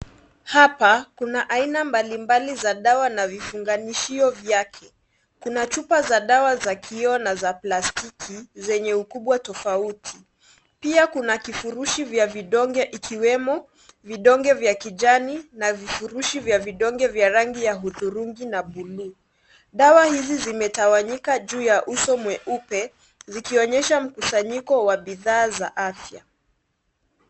Hapa, kuna aina mbalimbali za dawa na vifunganishio vyake. Kuna chupa za dawa za kioo na za plastiki ,zenye ukubwa tofauti. Pia kuna kifurushi vya vidonge ikiwemo ,vidonge vya kijani na vifurushi vya vidonge vya rangi ya hudhurungi na bluu. Dawa hizi zimetawanyika juu ya uso mweupe, zikionyesha mkusanyiko wa bidhaa za afya.